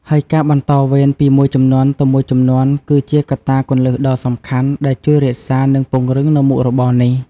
ហើយការបន្តវេនពីមួយជំនាន់ទៅមួយជំនាន់គឺជាកត្តាគន្លឹះដ៏សំខាន់ដែលជួយរក្សានិងពង្រឹងនូវមុខរបរនេះ។